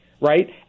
right